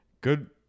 Good